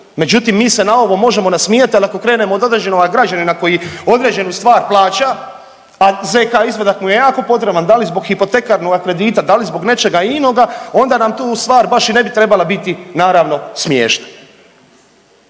Međutim, mi se na ovo možemo nasmijati ali ako krenemo od određenoga građanina koji određenu stvar plaća, a zk izvadak mu je jako potreban da li zbog hipotekarnoga kredita da li zbog nečega inoga onda nam tu stvar baš i ne bi trebala biti naravno smiješna.